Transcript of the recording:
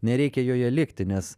nereikia joje likti nes